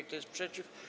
Kto jest przeciw?